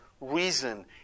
reason